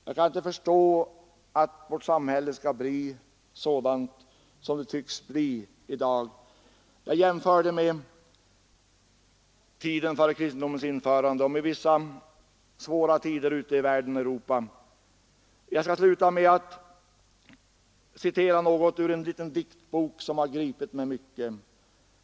Jag kan inte förstå att vårt samhälle skall behöva bli sådant som det tycks bli. Jag jämförde det med tiden för kristendomens införande och med vissa svåra tider i Europa och ute i övriga delar av världen. Jag skall sluta med att citera något ur en liten diktbok som har gripit mig mycket.